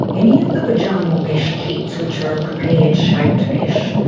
any of the vagina mesh kits which are a prepared shaped mesh,